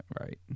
right